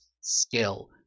skill